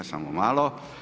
Samo malo.